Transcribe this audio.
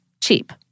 cheap